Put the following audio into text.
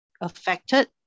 affected